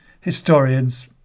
historians